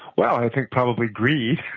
well, i think probably greed,